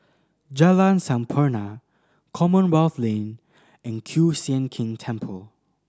Jalan Sampurna Commonwealth Lane and Kiew Sian King Temple